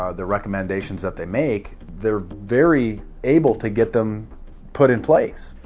ah the recommendations that they make, they're very able to get them put in place.